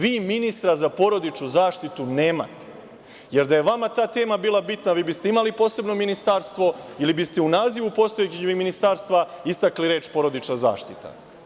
Vi ministra za porodičnu zaštitu nemate, jer da je vama ta tema bila bitna vi biste imali posebno ministarstvo ili biste u nazivu postojećeg ministarstva istakli reč – porodična zaštita.